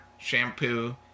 shampoo